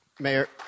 Mayor